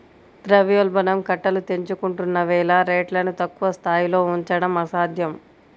ద్రవ్యోల్బణం కట్టలు తెంచుకుంటున్న వేళ రేట్లను తక్కువ స్థాయిలో ఉంచడం అసాధ్యం